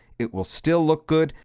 it will still look good,